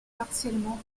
partiellement